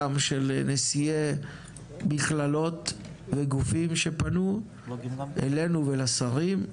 גם של נשיאי מכללות וגופים שפנו אלינו ואל השרים,